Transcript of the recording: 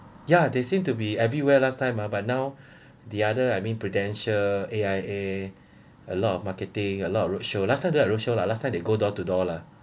yeah they seem to be everywhere last time ha but now the other I mean prudential A_I_A a lot of marketing a lot of roadshow last time don't have roadshow lah last time they go door to door lah